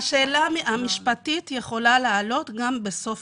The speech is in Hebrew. השאלה המשפטית יכולה לעלות גם בסוף